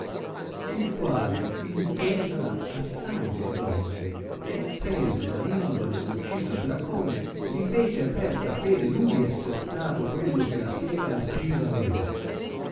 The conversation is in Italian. il quale intesala assai si dolse e presa la lingua dell ucciso dracone li fece aperta fede lui esser stato quello che la fiera uccisa aveva